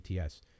ATS